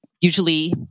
usually